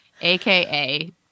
aka